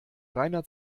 reiner